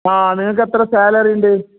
ആ നിങ്ങൾക്ക് എത്ര സാലറി ഉണ്ട്